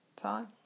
time